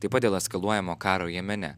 taip pat dėl eskaluojamo karo jemene